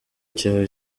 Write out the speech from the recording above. cyawe